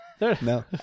No